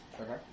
Okay